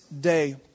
day